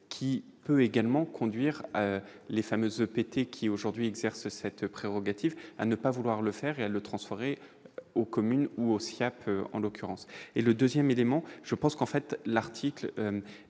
qui peut également conduire les fameuses qui aujourd'hui exercent cette prérogative à ne pas vouloir le faire et le transférer aux communes ou aussi en l'occurrence et le 2ème élément, je pense qu'en fait l'article